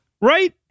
Right